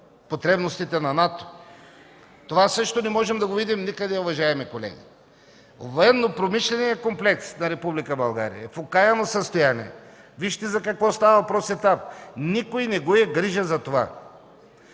потребностите на НАТО? Това също не можем да видим никъде, уважаеми колеги. Военнопромишленият комплекс на България е в окаяно състояние. Вижте за какво става въпрос там! Никой не го е грижа за това.